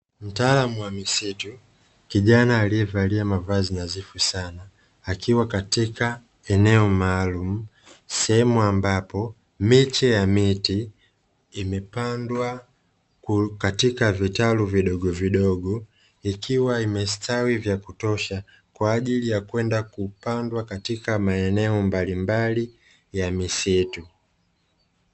Mtaalamu wa misitu kijana alivalia mavazi nadhifu sana, akiwa katika eneo maalumu sehemu ambapo miche ya miti imepandwa katika vitalu vidogovidogo, ikiwa imestawi vya kutosha kwa ajili ya kwenda kupandwa katika maeneo mbalimbali ya misitu.